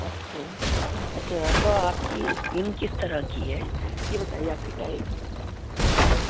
okay اچھا تو آپ کی اسکین کس طرح کی ہے یہ بتائیے آپ کی ٹائپ آف